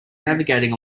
navigating